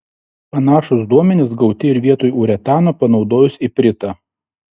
panašūs duomenys gauti ir vietoj uretano panaudojus ipritą